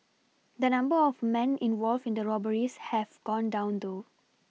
the number of men involved in the robberies have gone down though